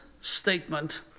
statement